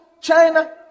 China